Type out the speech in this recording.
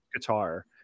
guitar